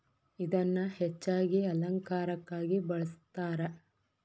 ಇದನ್ನಾ ಹೆಚ್ಚಾಗಿ ಅಲಂಕಾರಕ್ಕಾಗಿ ಬಳ್ಸತಾರ